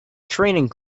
training